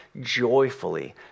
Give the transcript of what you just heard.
joyfully